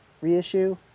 reissue